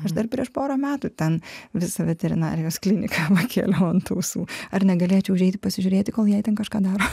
aš dar prieš porą metų ten visą veterinarijos klinikąpakėliau ant ausų ar negalėčiau užeiti pasižiūrėti kol jie ten kažką daro